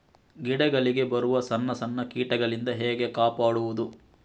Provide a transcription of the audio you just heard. ಗಿಡಗಳಿಗೆ ಬರುವ ಸಣ್ಣ ಸಣ್ಣ ಕೀಟಗಳಿಂದ ಹೇಗೆ ಕಾಪಾಡುವುದು?